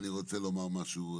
אני רוצה לומר משהו לכולם.